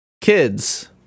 kids